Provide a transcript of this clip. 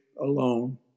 alone